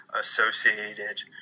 associated